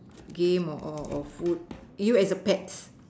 game or or or food you as a pet